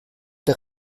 der